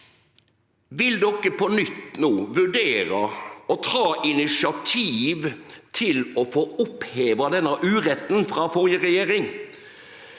Vil dei på nytt no vurdere å ta initiativ til å få oppheva denne uretten frå førre regjering